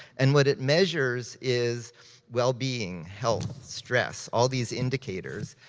and what it measures is well-being, health, stress, all these indicators.